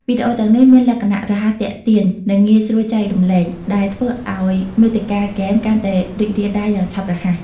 វីដេអូទាំងនេះមានលក្ខណៈរហ័សទាក់ទាញ និងងាយស្រួលចែករំលែក ដែលធ្វើឱ្យមាតិកាហ្គេមកាន់តែរីករាលដាលយ៉ាងឆាប់រហ័ស។